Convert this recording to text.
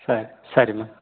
ಸರಿ ಸರಿ ಮ್ಯಾಮ್